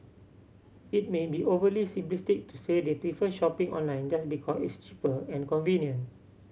it may be overly simplistic to say they prefer shopping online just because it's cheaper and convenient